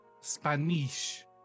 Spanish